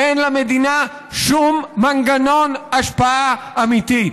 אין למדינה שום מנגנון השפעה אמיתית.